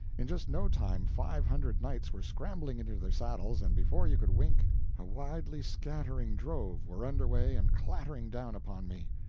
in just no time, five hundred knights were scrambling into their saddles, and before you could wink a widely scattering drove were under way and clattering down upon me.